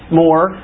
more